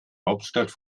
hauptstadt